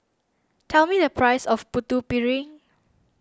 tell me the price of Putu Piring